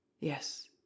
Yes